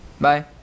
Bye